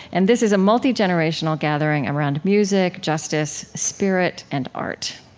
and this is a multigenerational gathering around music, justice, spirit, and art